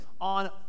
on